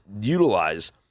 utilize